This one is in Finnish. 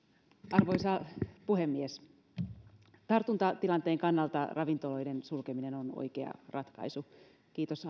arvoisa puhemies tartuntatilanteen kannalta ravintoloiden sulkeminen on oikea ratkaisu kiitos